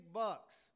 bucks